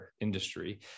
industry